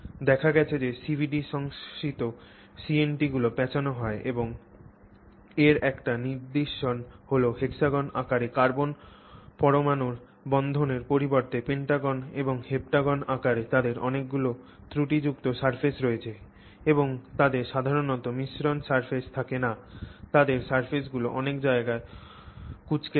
দেখা গেছে যে CVD সংশ্লেষিত CNT গুলি প্যাঁচানো হয় এবং এর একটি নিদর্শন হল hexagon আকারে কার্বন পরমাণুর বন্ধনের পরিবর্তে pentagon এবং heptagon আকারে তাদের অনেকগুলি ত্রুটিযুক্ত সারফেস রয়েছে এবং তাদের সাধারণত মসৃণ সারফেস থাকে না তাদের সারফেসগুলি অনেক জায়গায় কুঁচকে থাকে